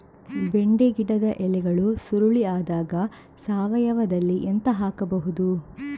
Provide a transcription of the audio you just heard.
ಬೆಂಡೆ ಗಿಡದ ಎಲೆಗಳು ಸುರುಳಿ ಆದಾಗ ಸಾವಯವದಲ್ಲಿ ಎಂತ ಹಾಕಬಹುದು?